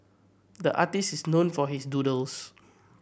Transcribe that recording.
the artist is known for his doodles